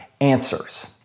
answers